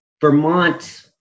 Vermont